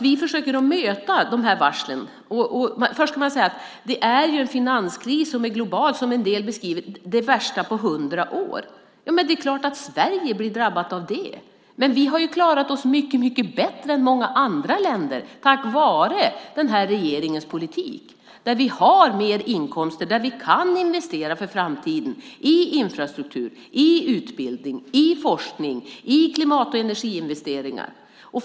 Vi försöker att möta dessa varsel, men först ska jag säga att det är en finanskris som är global och som en del beskriver som den värsta på hundra år. Det är klart att Sverige blir drabbat av detta, men tack vare regeringens politik har vi faktiskt klarat oss mycket bättre än många andra länder. Vi har mer inkomster, vi kan investera för framtiden i infrastruktur, i utbildning, i forskning, i klimat och energiinvesteringar.